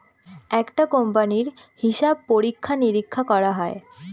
একটা কোম্পানির হিসাব পরীক্ষা নিরীক্ষা করা হয়